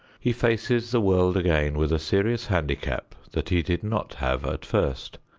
he faces the world again with a serious handicap that he did not have at first.